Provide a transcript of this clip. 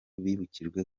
bibukijwe